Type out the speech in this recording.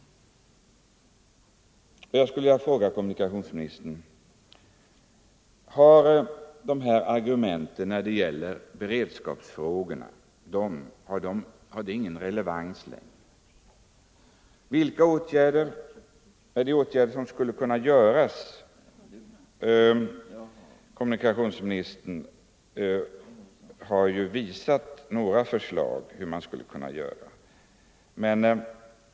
Jag vill fråga kommunikationsministern: Har argumenten när det gäller beredskapsfrågorna ingen relevans längre? Några åtgärder som föreslagits visar hur man skulle kunna göra.